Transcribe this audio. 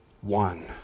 one